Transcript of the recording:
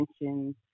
mentions